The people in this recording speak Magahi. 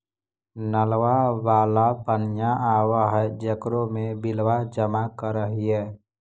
नलवा वाला पनिया आव है जेकरो मे बिलवा जमा करहिऐ?